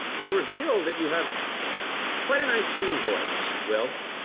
you reveal that you have quite a nice singing voice, will,